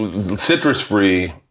citrus-free